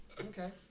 Okay